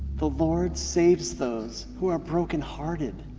the lord saves those who are broken hearted.